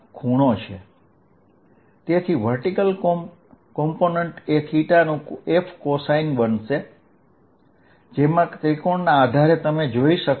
અને તેથી vertical component એ Fcosq λ4π0hh2R232 dl બનશે જે ત્રિકોણના આધારે તમે જોઇ શકશો